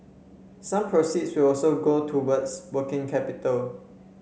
some proceeds will also go towards working capital